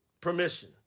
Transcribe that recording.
permission